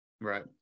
right